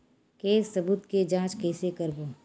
के सबूत के जांच कइसे करबो?